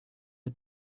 had